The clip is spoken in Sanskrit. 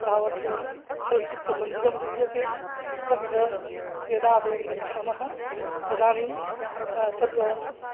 तावत् चलच्चित्रमन्दिरं विद्यते तत्र यदा वयं गच्छामः तदानीं तत्र